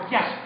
Yes